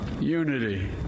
Unity